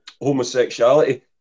homosexuality